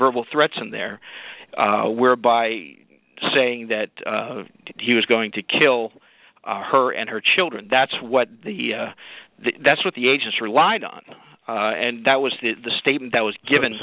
verbal threats and there were by saying that he was going to kill her and her children that's what the that's what the agents relied on and that was the statement that was given